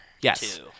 Yes